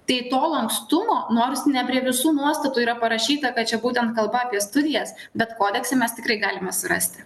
tai to lankstumo nors ne prie visų nuostatų yra parašyta kad čia būtent kalba apie studijas bet kodekse mes tikrai galime surasti